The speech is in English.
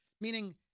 meaning